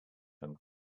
from